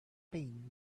pain